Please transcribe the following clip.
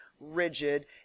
rigid